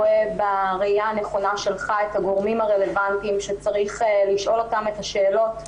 רואה בראייה שלך את הגורמים הרלוונטיים שצריך לשאול אותם את השאלות,